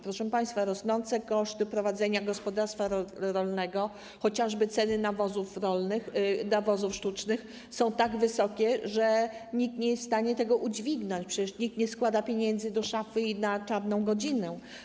Proszę państwa, rosną koszty prowadzenia gospodarstwa rolnego, chociażby ceny nawozów sztucznych są tak wysokie, że nikt nie jest w stanie tego udźwignąć, a przecież nikt nie składa pieniędzy do szafy na czarną godzinę.